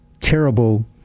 terrible